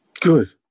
Good